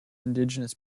indigenous